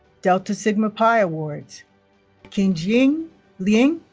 delta sigma pi awards qianjing liang